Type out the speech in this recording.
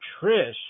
Trish